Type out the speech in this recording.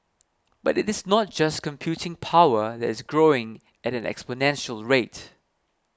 but it is not just computing power that is growing at an exponential rate